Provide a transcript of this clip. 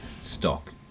stock